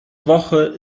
woche